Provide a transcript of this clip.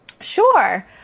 Sure